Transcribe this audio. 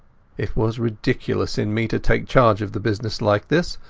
it was ridiculous in me to take charge of the business like this,